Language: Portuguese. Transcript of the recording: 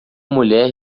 mulher